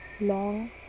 long